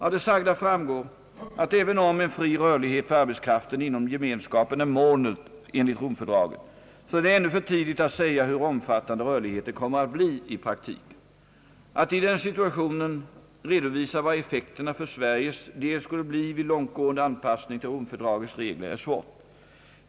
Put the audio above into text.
Av det sagda framgår att även om en fri rörlighet för arbetskraften inom gemenskapen är målet enligt Romfördraget, så är det ännu för tidigt att säga hur omfattande rörligheten kommer att bli i praktiken. Att i den situationen redovisa vad effekterna för Sveriges del skulle bli vid långtgående anpassning till Romfördragets regler är svårt.